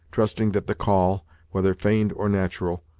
trusting that the call whether feigned or natural,